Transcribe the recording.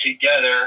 together